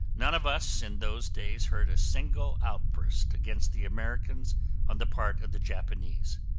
none of us in those days heard a single outburst against the americans on the part of the japanese,